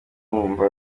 bumva